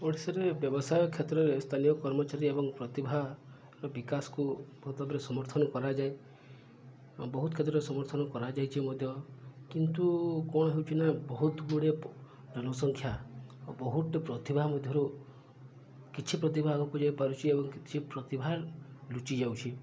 ଓଡ଼ିଶାରେ ବ୍ୟବସାୟ କ୍ଷେତ୍ରରେ ସ୍ଥାନୀୟ କର୍ମଚାରୀ ଏବଂ ପ୍ରତିଭାର ବିକାଶକୁ ବହୁତ ଭାବରେ ସମର୍ଥନ କରାଯାଏ ଆଉ ବହୁତ କ୍ଷେତ୍ରରେ ସମର୍ଥନ କରାଯାଇଛି ମଧ୍ୟ କିନ୍ତୁ କଣ ହେଉଛି ନା ବହୁତ ଗୁଡ଼ିଏ ଜନସଂଖ୍ୟା ବହୁତଟେ ପ୍ରତିଭା ମଧ୍ୟରୁ କିଛି ପ୍ରତିଭା ଆଗକୁ ଯାଇ ପାରୁଛି ଏବଂ କିଛି ପ୍ରତିଭା ଲୁଚି ଯାଉଛି